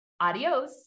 Adios